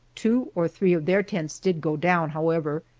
two or three of their tents did go down, however,